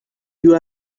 you